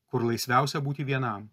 kur laisviausia būti vienam